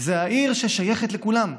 זו העיר ששייכת לכולם,